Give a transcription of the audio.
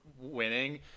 winning